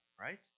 right